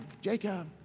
Jacob